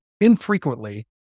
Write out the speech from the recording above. infrequently